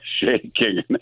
shaking